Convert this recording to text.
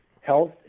health